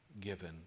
given